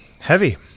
heavy